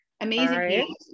amazing